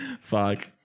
Fuck